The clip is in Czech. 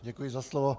Děkuji za slovo.